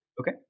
Okay